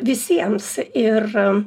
visiems ir